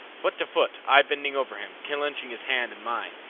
foot to foot, i bending over him, clenching his hand in mine,